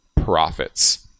profits